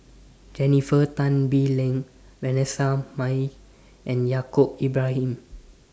Jennifer Tan Bee Leng Vanessa Mae and Yaacob Ibrahim